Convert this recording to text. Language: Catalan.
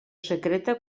secreta